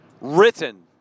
written